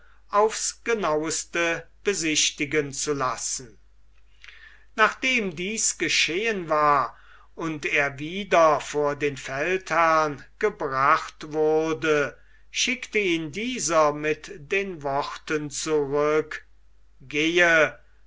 aufs genauste besichtigen zu lassen nachdem dies geschehen war und er wieder vor den feldherrn gebracht wurde schickte ihn dieser mit den worten zurück gehe